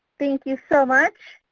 thank you so much.